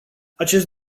acest